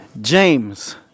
James